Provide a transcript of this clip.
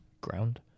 Ground